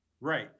Right